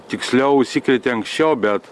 tiksliau užsikrėtė anksčiau bet